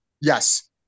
Yes